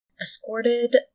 escorted